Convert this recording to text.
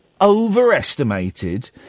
overestimated